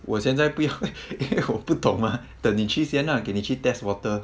我现在不要 因为我不懂 mah 等你去现 lah 给你去 test water